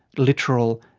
literal,